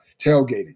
tailgating